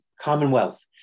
Commonwealth